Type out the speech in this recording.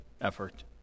effort